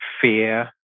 fear